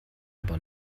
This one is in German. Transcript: aber